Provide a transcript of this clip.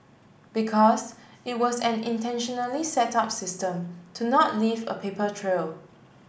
because it was an intentionally set up system to not leave a paper trail